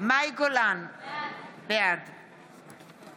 מאי גולן, בעד